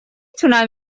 توانم